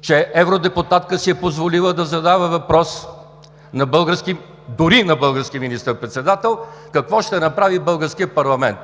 че евродепутатка си е позволила да задава въпрос дори и на български министър-председател какво ще направи българският парламент?